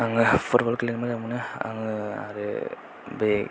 आङो फुटबल गेलेनो मोजां मोनो आङो आरो बे